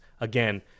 again